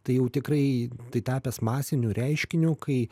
tai jau tikrai tai tapęs masiniu reiškiniu kai